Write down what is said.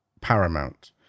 paramount